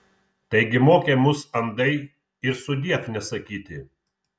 taigi mokė mus andai ir sudiev nesakyti